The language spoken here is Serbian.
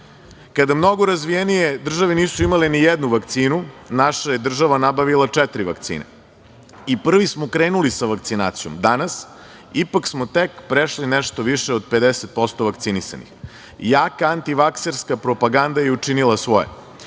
Sadu. Kada mnogo razvijenije države nisu imale ni jednu vakcinu, naša je država nabavila četiri vakcine. Prvi smo krenuli sa vakcinacijom. Danas smo ipak tek prešli nešto više od 50% vakcinisanih. Jaka antivakserska propaganda je učinila svoje. Mi